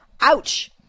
Ouch